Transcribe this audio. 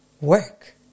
work